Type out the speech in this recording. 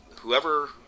whoever